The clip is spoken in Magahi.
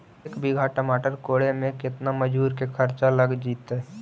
एक बिघा टमाटर कोड़े मे केतना मजुर के खर्चा लग जितै?